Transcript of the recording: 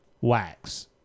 wax